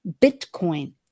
Bitcoin